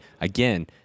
again